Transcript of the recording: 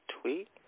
tweet